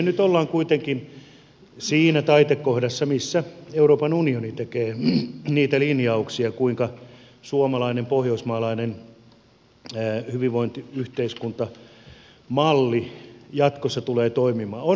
nyt ollaan kuitenkin siinä taitekohdassa missä euroopan unioni tekee niitä linjauksia kuinka suomalainen pohjoismaalainen hyvinvointiyhteiskuntamalli jatkossa tulee toimimaan